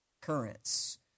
currents